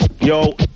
Yo